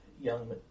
young